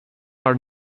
are